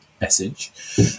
message